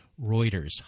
Reuters